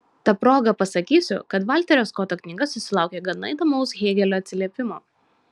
ta proga pasakysiu kad valterio skoto knyga susilaukė gana įdomaus hėgelio atsiliepimo